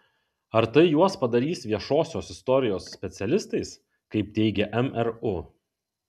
ar tai juos padarys viešosios istorijos specialistais kaip teigia mru